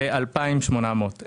זה 2.8 מיליון שקל.